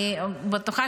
אני בטוחה,